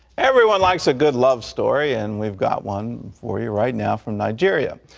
everyone likes a good love story, and we've got one for you right now from nigeria.